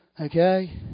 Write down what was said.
Okay